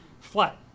flat